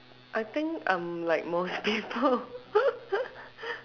I think I'm like most people